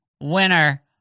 Winner